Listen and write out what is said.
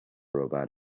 robot